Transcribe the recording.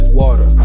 water